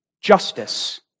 justice